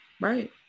right